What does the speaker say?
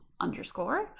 Underscore